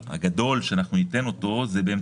זכויות במכונה שלך למרות שלא רצית לעשות את זה,